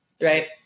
Right